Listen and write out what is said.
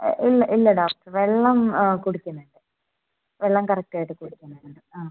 ഇല്ല ഇല്ല ഡോക്ടർ വെള്ളം കുടിക്കുന്നുണ്ട് വെള്ളം കറക്റ്റ് ആയിട്ട് കുടിക്കുന്നുണ്ട് ആ